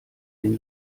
den